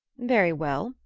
very well,